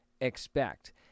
expect